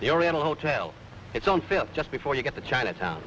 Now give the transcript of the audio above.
the oriental hotel its own filth just before you get to chinatown